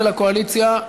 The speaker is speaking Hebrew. של הקואליציה,